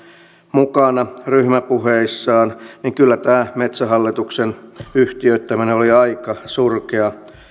mukana ryhmäpuheissa kyllä tämä metsähallituksen yhtiöittäminen oli aika surkea